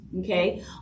okay